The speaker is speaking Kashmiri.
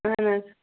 اہن حظ